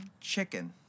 chicken